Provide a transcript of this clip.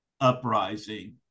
uprising